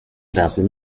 razy